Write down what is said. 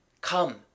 Come